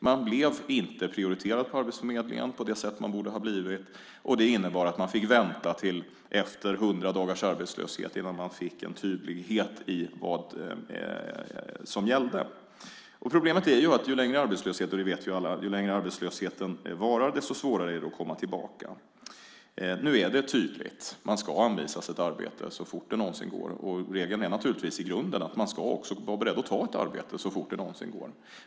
Man blev inte prioriterad på arbetsförmedlingen på det sätt man borde ha blivit, och det innebar att man fick vänta tills man varit arbetslös i 100 dagar innan man fick en tydlighet i vad som gällde. Problemet är att ju längre arbetslösheten varar desto svårare är det att komma tillbaka. Det vet vi alla. Nu är det tydligt. Man ska anvisas ett arbete så fort det någonsin går, och regeln är naturligtvis i grunden att man också ska vara beredd att ta ett arbete så fort det någonsin går.